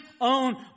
own